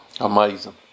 amazing